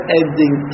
ending